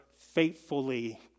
faithfully